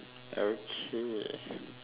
okay